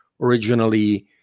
originally